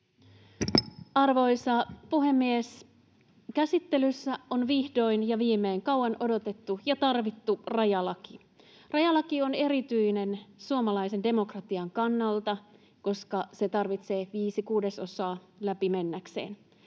Arvoisa puhemies! Käsittelyssä on vihdoin ja viimein kauan odotettu ja tarvittu rajalaki. Rajalaki on erityinen suomalaisen demokratian kannalta, koska se tarvitsee viisi kuudesosaa läpi mennäkseen.